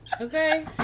Okay